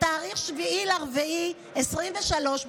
בתאריך 7 באפריל 2023,